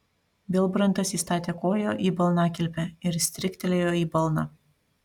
vilbrantas įstatė koją į balnakilpę ir stryktelėjo į balną